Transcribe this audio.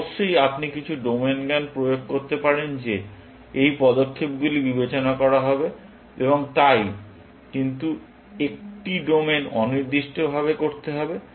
অবশ্যই আপনি কিছু ডোমেন জ্ঞান প্রয়োগ করতে পারেন যে এই পদক্ষেপগুলি বিবেচনা করা হবে এবং তাই কিন্তু একটি ডোমেন অনির্দিষ্ট ভাবে করতে হবে